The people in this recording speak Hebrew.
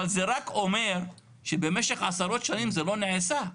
אבל זה רק אומר שבמשך עשרות שנים זה לא נעשה.